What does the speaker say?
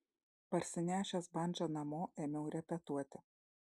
parsinešęs bandžą namo ėmiau repetuoti